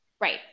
Right